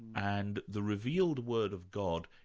and the revealed word of god,